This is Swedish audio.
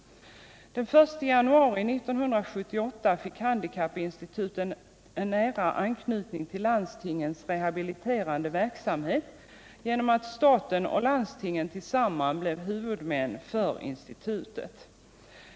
Den 1 januari 1978 fick handikappinstitutet en nära anknytning till landstingens rehabiliterande verksamhet genom att staten och landstingen tillsammans blev huvudmän för institutet.